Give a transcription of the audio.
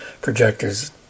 projectors